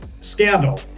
scandal